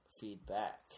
feedback